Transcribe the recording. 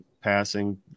passing